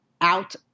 out